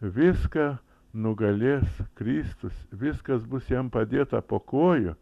viską nugalės kristus viskas bus jam padėta po kojų